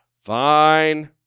fine